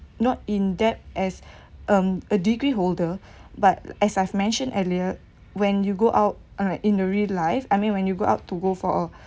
not in debt as um a degree holder but as I've mentioned earlier when you go out uh in the real life I mean when you go out to go for a